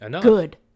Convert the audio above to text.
good